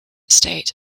state